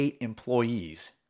employees